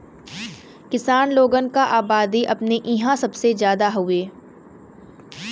किसान लोगन क अबादी अपने इंहा सबसे जादा हउवे